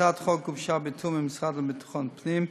הצעת החוק גובשה בתיאום עם המשרד לביטחון הפנים,